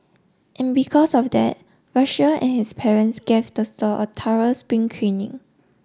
and because of that Russia and his parents gave the saw a thorough spring cleaning